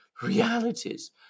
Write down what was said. realities